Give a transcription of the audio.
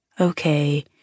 Okay